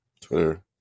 Twitter